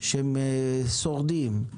שהם שורדים,